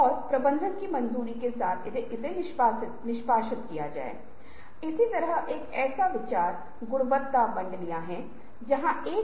एक कुत्ते को आप के साथ खेलने में रुचि दिलाये हैं कैसे एक कुत्ते को आप के साथ खेलने में रुचि बनाने के लिए कोशिश करे